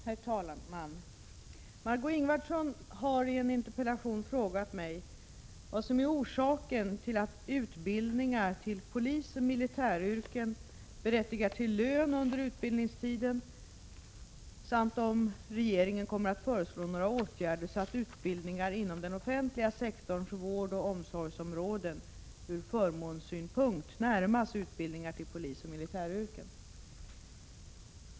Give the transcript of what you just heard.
Herr talman! Margö Ingvardsson hari en interpellation frågat mig vad som är orsaken till att utbildningar till polisoch militäryrken berättigar till lön under utbildningstiden samt om regeringen kommer att föreslå några åtgärder så att utbildningar inom den offentliga sektorns vårdoch omsorgsområden ur förmånssynpunkt närmas utbildningar till polisoch militäryrken.